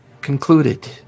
concluded